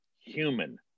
human